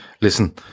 listen